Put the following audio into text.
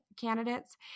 candidates